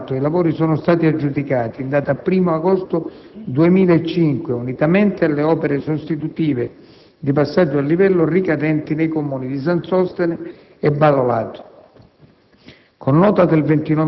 A seguito di gara di appalto, i lavori sono stati aggiudicati in data 1° agosto 2005 unitamente alle opere sostitutive di passaggi a livello ricadenti nei Comuni di San Sostene e Badolato.